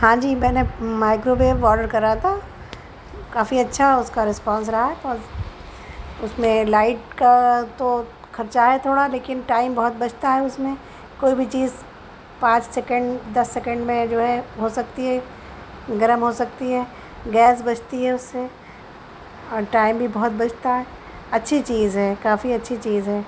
ہاں جی میں نے مائیکرو ویو آڈر کرا تھا کافی اچھا اس کا رسپانس رہا ہے اور اس میں لائٹ کا تو خرچہ ہے تھوڑا لیکن ٹائم بہت بچتا ہے اس میں کوئی بھی چیز پانچ سیکینڈ دس سیکینڈ میں جو ہے ہو سکتی ہے گرم ہو سکتی ہے گیس بچتی ہے اس سے اور ٹائم بھی بہت بچتا ہے اچھی چیز ہے کافی اچھی چیز ہے